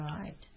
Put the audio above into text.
right